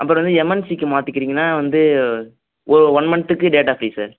அப்புறம் வந்து எம்என்சிக்கு மாத்திக்கறீங்கன்னால் வந்து ஒரு ஒன் மந்த்துக்கு டேட்டா ஃப்ரீ சார்